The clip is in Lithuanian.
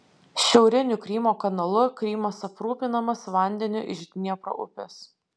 šiauriniu krymo kanalu krymas aprūpinamas vandeniu iš dniepro upės